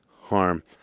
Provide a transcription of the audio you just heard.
harm